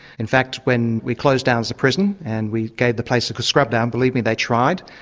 in fact when we closed down as prison and we gave the place a good scrub-down, believe me they tried.